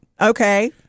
Okay